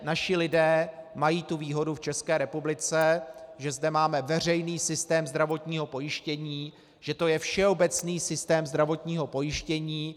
Naši lidé mají tu výhodu v České republice, že zde máme veřejný systém zdravotního pojištění, že je to všeobecný systém zdravotního pojištění.